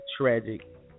tragic